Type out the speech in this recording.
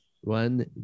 one